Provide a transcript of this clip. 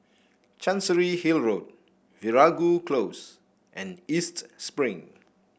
Chancery Hill Road Veeragoo Close and East Spring